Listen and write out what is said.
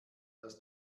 das